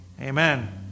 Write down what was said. amen